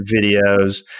videos